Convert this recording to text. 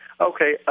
Okay